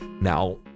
now